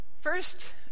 First